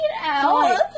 out